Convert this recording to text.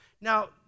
Now